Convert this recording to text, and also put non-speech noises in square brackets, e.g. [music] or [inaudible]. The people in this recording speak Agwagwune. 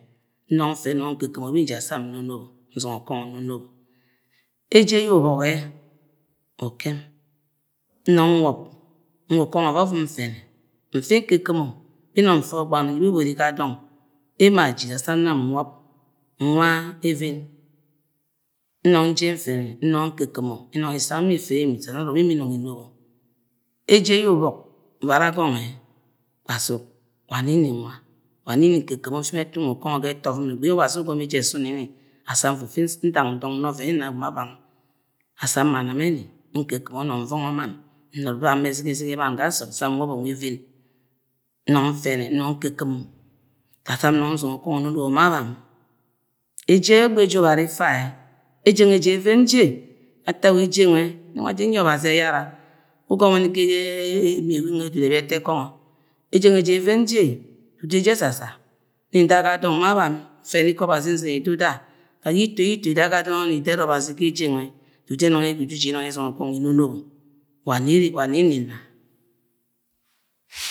Numg mfẹnẹ mung nkukumo be ri ji dasam monobo. nzumgo nkongo nonobo eje ye mbok nẹ ukẹm ukẹm mumg muo̱b. nuaka ubọngọ eqauum mtene mfi maikuno binumg mfe mgbang wunori gu dọg wuo aji da sour nam nmlọb nwa even nung nje nfem numg nkkumo mun isang ḅe̱ ife innsọọd ọrọb imii-imung inọbo eje yẹ ubọk ma ubaru gọng mẹ kpasuk wea nẹ ḿ n-ula. ula nẹ nin. nkukumo [unintelligible] da san nfu fi ndang dong mfi nsamg ọvẹn nam ma bam da sam ma nẹmẹni nkukumo numg nuọngọ momn nunud ba bẹ. Zizigi mann ga soud da sam nuọb muu even mung ndino numkukumo da sam mung nzungọ ukọngo̱ nonobo ma. Bam ese nuee ja e̱ve̱n nje gu ntak wa eje mue yi nwa nji nyi myi e̱gbazi e̱yara ụgọmọ mi ya-e-e-e-e-dudu ẹbọni ebi ga ẹtọ ko̱ngo̱ eje mule ja even mje dudu èfe esasa mi-mda gu dong ma bam ifẹnẹ ikọ ọbazi. Izime yi duda ga ye ito ye̱ ito idu gu adon ọnmẹ idẹt obazi eje nulẹ dudu e̱boni ụ bi uji ji no̱no eboni izungo ukọngọ enonobo. wane̱ ere. wane. ni-na.